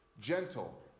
gentle